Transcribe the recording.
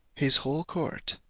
his whole court,